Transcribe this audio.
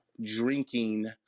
drinking